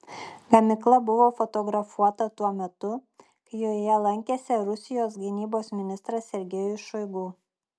gamykla buvo fotografuota tuo metu kai joje lankėsi rusijos gynybos ministras sergejus šoigu